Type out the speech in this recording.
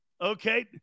Okay